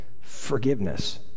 forgiveness